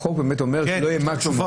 החוק אומר שלא יהיה מקסימום,